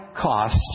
cost